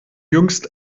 jüngst